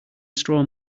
straw